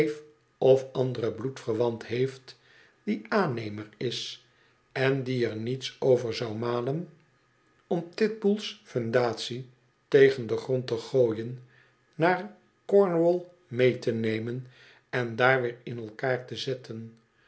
of anderen bloedverwant heeft die aannemer is en die er niets over zou malen om titbull's fundatie tegen den grond te gooien naar c o r nw a mee te nemen en daar weer in elkaar te zetten